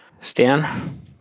Stan